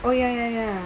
well ya ya ya